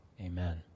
amen